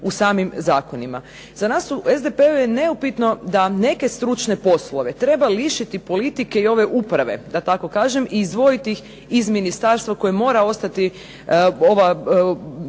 u samim zakonima. Za nas u SDP-u je neupitno da neke stručne poslove treba lišiti politike i ove uprave, da tako kažem, i izdvojiti ih iz ministarstva koje mora ostati